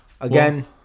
Again